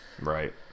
Right